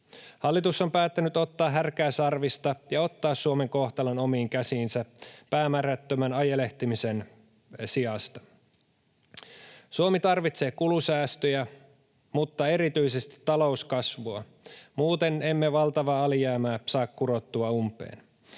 Hallitus on päättänyt ottaa härkää sarvista ja ottaa Suomen kohtalon omiin käsiinsä päämäärättömän ajelehtimisen sijasta. Suomi tarvitsee kulusäästöjä mutta erityisesti talouskasvua, muuten emme valtavaa alijäämää saa kurottua umpeen.